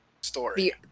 story